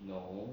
no